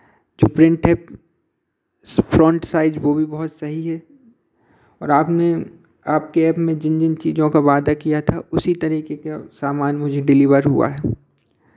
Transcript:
जो प्रिन्ट है font size वो भी बहुत सही है और आपने आपके एप में जिन जिन चीज़ों का वादा किया था उसी तरीके का सामान मुझे डिलीवर हुआ है